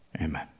Amen